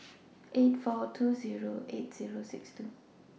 eight four two Zero eight Zero six two